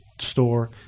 store